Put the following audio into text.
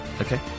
Okay